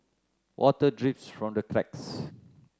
water drips from the cracks